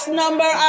number